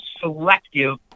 selective